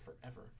forever